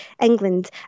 England